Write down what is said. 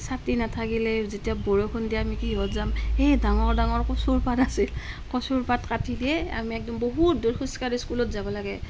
ছাতি নাথাকিলে যেতিয়া বৰষুণ দিয়ে আমি কিহত যাম সেই ডাঙৰ ডাঙৰ কচুৰ পাত আছিল কচুৰ পাত কাটি দিয়ে আমি একদম বহুত দূৰ খোজকাঢ়ি স্কুলত যাব লাগে